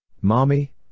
Mommy